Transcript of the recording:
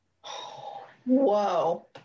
whoa